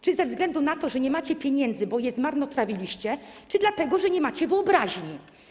Czy ze względu na to, że nie macie pieniędzy, bo jest zmarnotrawiliście, czy dlatego że nie macie wyobraźni?